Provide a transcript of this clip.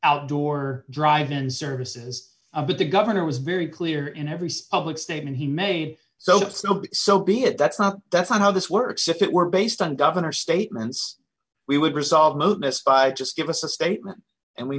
outdoor drive and services but the governor was very clear in every subject statement he made so so be it that's not that's not how this works if it were based on governor statements we would resolve mode s just give us a statement and we